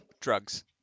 drugs